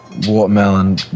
Watermelon